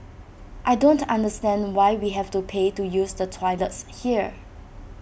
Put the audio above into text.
I don't understand why we have to pay to use the toilets here